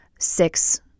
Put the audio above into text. six